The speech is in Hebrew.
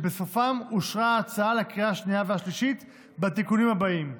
ובסופם אושרה ההצעה לקריאה השנייה והשלישית בתיקונים הבאים: